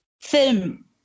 Film